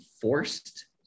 forced